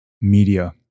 media